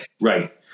Right